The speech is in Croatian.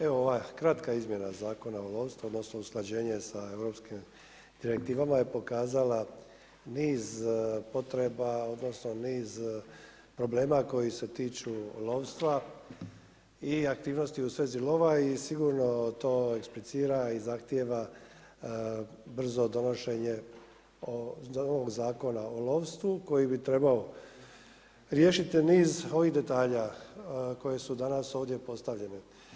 Evo ova kratka izmjena Zakona o lovstvu, odnosno usklađenje sa europskim direktivama je pokazala niz potreba, niz problema koji se tiču lovstva i aktivnosti u svezi lova i sigurno to eksplicira i zahtjeva brzo donošenje novog Zakona o lovstvu, koji bi trebao riješiti niz ovih detalja koje su danas ovdje postavljene.